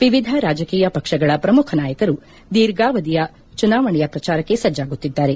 ವಿವಿಧ ರಾಜಕೀಯ ಪಕ್ಷಗಳ ಪ್ರಮುಖ ನಾಯಕರು ದೀರ್ಘಾವಧಿಯ ಚುನಾವಣೆಯ ಪ್ರಚಾರಕ್ಷೆ ಸಜ್ಲಾಗುತ್ತಿದ್ದಾರೆ